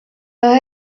los